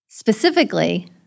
Specifically